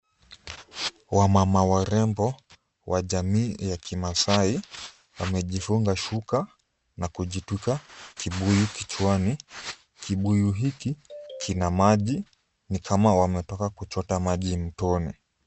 Wamama warembo wa jamii ya kimaasai, wamejifunga shuka na kujitwika kibuyu kichwani, kibuyu hiki kina maji, ni kama wametoka kuchota maji mtoni.